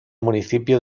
municipio